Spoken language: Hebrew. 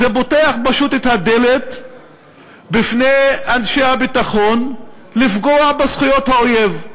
זה פותח פשוט את הדלת בפני אנשי הביטחון לפגוע בזכויות האויב.